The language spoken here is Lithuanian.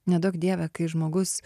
neduok dieve kai žmogus